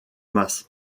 masse